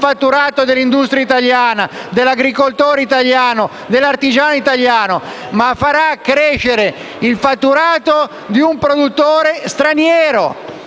fatturato dell'industria italiana, dell'agricoltore italiano, dell'artigiano italiano, ma farà crescere il fatturato di un produttore straniero.